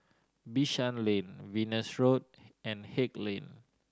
Bishan Lane Venus Road and Haig Lane